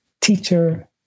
teacher